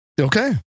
Okay